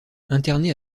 interné